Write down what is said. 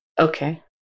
Okay